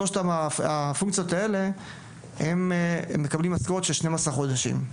שלושת הפונקציות האלה הם מקבלים משכורת של שנים עשר חודשים.